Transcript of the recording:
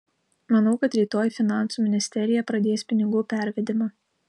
manau kad rytoj finansų ministerija pradės pinigų pervedimą